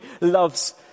loves